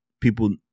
people